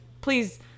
please